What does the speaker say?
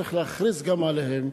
שצריך להכריז גם עליהם,